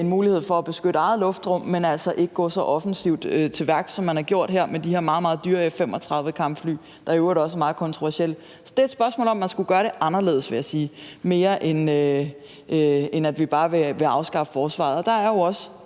en mulighed for at beskytte eget luftrum, men altså ikke gå så offensivt til værks, som man har gjort med de her meget, meget dyrere F-35-kampfly, der i øvrigt også er meget kontroversielle. Så det er et spørgsmål om, at man skulle gøre det anderledes, vil jeg sige, mere end at vi bare vil afskaffe forsvaret. og der er jo også